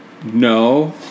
No